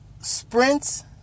sprints